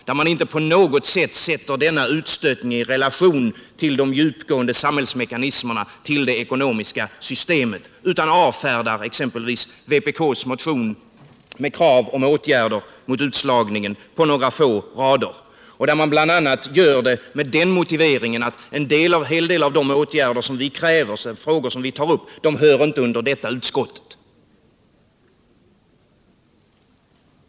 Där sätter man denna utstötning inte på något sätt i relation till de djupgående samhällsmekanismerna, till det ekonomiska systemet, utan exempelvis vpk:s motion med krav på åtgärder mot utslagning avfärdar man på några få rader med den motiveringen att en hel del av de åtgärder som vi kräver och de frågor som vi tar upp inte hör till utskottet.